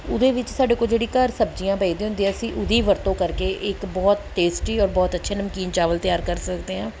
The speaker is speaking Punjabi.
ਉਹਦੇ ਵਿੱਚ ਸਾਡੇ ਕੋਲ ਜਿਹੜੀ ਘਰ ਸਬਜ਼ੀਆਂ ਪਈ ਦੀ ਹੁੰਦੀ ਆ ਅਸੀਂ ਉਹਦੀ ਵਰਤੋਂ ਕਰਕੇ ਇੱਕ ਬਹੁਤ ਟੇਸਟੀ ਔਰ ਬਹੁਤ ਅੱਛੇ ਨਮਕੀਨ ਚਾਵਲ ਤਿਆਰ ਕਰ ਸਕਦੇ ਹਾਂ